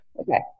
Okay